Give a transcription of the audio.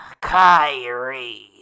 Kyrie